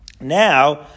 now